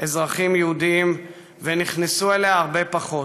אזרחים יהודים, ונכנסו אליה הרבה פחות,